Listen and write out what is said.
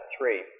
three